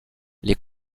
les